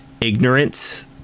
ignorance